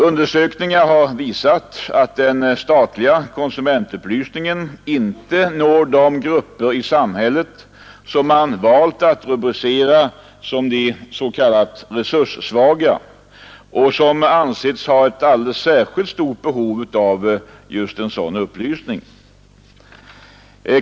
Undersökningar har visat, att den statliga konsumentupplysningen inte når de grupper i samhället som man valt att rubricera som de resurssvaga och som ansetts ha särskilt stort behov av sådan upplysning.